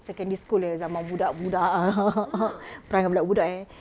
secondary school eh zaman budak-budak ah perangai budak-budak eh